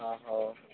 ଅ ହଉ